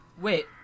Wait